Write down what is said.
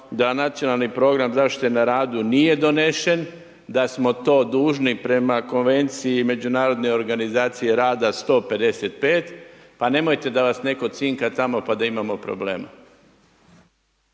da nacionalni program zaštite na radu, nije donesen, da smo to dužni prema konvenciji međunarodne organizacije rada 155, pa nemojte da vas netko cinka tamo pa da imamo problema.